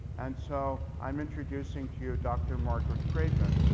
and so i'm introducing to you dr. margaret craven,